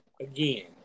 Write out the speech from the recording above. again